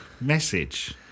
message